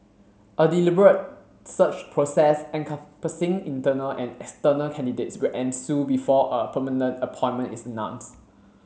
a deliberate search process encompassing internal and external candidates will ensue before a permanent appointment is announced